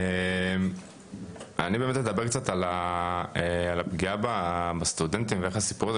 אני באמת אדבר קצת על הפגיעה בסטודנטים ואיך הסיפור הזה